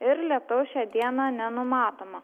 ir lietaus šią dieną nenumatoma